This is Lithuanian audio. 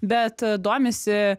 bet domisi